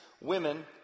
women